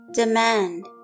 Demand